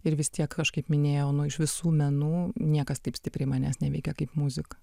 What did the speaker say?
ir vis tiek kažkaip minėjau iš visų menų niekas taip stipriai manęs neveikia kaip muzika